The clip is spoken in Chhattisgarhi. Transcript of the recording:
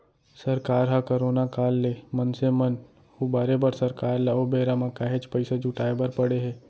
सरकार ह करोना काल ले मनसे मन उबारे बर सरकार ल ओ बेरा म काहेच पइसा जुटाय बर पड़े हे